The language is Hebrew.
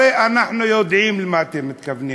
הרי אנחנו יודעים למה אתם מתכוונים.